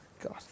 God